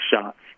shots